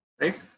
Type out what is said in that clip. right